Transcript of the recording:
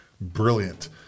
brilliant